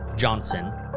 Johnson